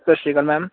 ਸਤਿ ਸ਼੍ਰੀ ਅਕਾਲ ਮੈਮ